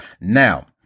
Now